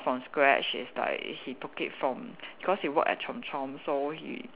from scratch is like he took it from cause he work at Chomp-Chomp so he